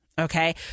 Okay